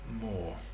more